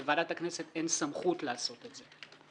שלוועדת הכנסת אין סמכות לעשות את זה.